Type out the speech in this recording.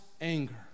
anger